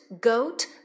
goat